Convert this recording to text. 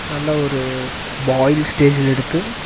நல்லா ஒரு பாய்ல் ஸ்டேஜ்ஜில் எடுத்து